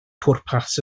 pwrpas